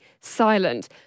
silent